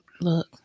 look